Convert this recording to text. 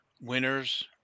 winners